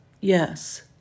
Yes